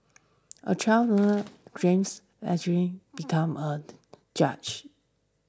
a child James a dream became a judge